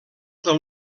del